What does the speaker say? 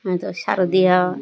মানে তো শারদিয়া